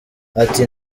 ati